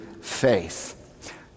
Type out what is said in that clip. faith